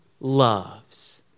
loves